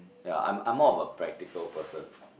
ya I'm I'm more of a practical person